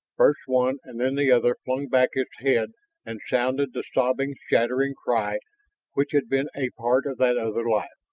first one and then the other flung back its head and sounded the sobbing, shattering cry which had been a part of that other life.